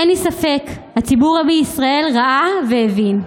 אין לי ספק, הציבור בישראל ראה והבין.